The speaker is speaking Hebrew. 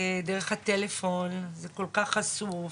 דרך הטלפון, זה כל כך חשוף.